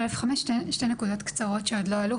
שתי נקודות קצרות שעוד לא עלו,